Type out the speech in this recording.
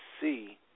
see